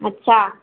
अच्छा